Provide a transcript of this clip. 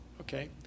Okay